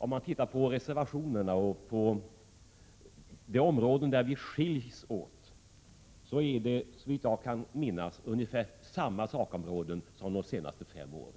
Om man tittar på reservationerna och på de områden där våra uppfattningar skiljer sig åt, finner man att det nu handlar, såvitt jag kan minnas, om ungefär samma sakområden som de senaste fem åren.